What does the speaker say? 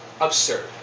absurd